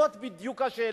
זאת בדיוק השאלה.